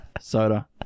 soda